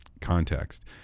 context